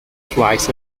flies